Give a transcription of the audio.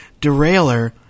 derailleur